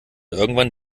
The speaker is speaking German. irgendwann